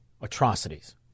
atrocities